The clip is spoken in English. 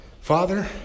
Father